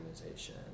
organization